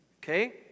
Okay